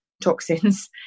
Toxins